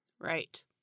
Right